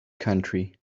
country